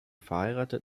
verheiratet